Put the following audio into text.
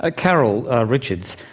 ah carol richards,